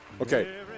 Okay